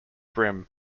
brim